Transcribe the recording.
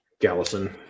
gallison